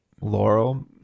Laurel